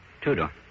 Two-door